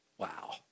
Wow